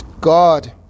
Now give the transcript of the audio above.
God